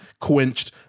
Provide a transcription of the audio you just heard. quenched